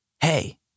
Hey